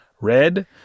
red